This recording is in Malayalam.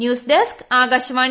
news desk Akashvani